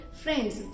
friends